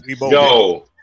yo